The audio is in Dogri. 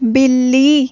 बिल्ली